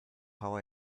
how